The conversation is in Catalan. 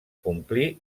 complir